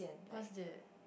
what is it